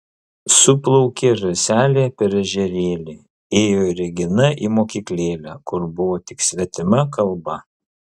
su plaukė žąselė per ežerėlį ėjo regina į mokyklėlę kur buvo tik svetima kalba